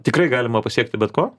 tikrai galima pasiekti bet ko